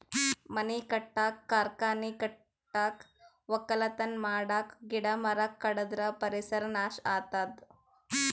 ಮನಿ ಕಟ್ಟಕ್ಕ್ ಕಾರ್ಖಾನಿ ಕಟ್ಟಕ್ಕ್ ವಕ್ಕಲತನ್ ಮಾಡಕ್ಕ್ ಗಿಡ ಮರ ಕಡದ್ರ್ ಪರಿಸರ್ ನಾಶ್ ಆತದ್